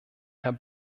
herr